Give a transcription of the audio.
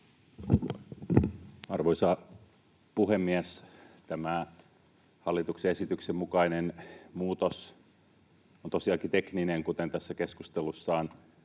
Arvoisa puhemies! Tämä hallituksen esityksen mukainen muutos on tosiaankin tekninen, kuten tässä keskustelussa